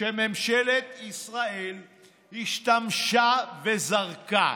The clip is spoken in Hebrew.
שממשלת ישראל השתמשה וזרקה.